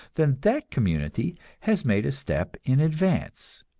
then that community has made a step in advance.